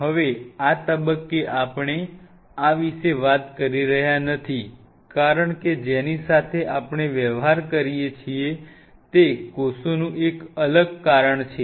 હવે આ તબક્કે આપણે આ વિશે વાત કરી રહ્યા નથી કારણ કે જેની સાથે આપણે વ્યવહાર કરીએ છીએ તે કોષોનું એક અલગ કારણ છે